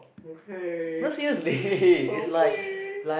okay okay